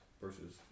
versus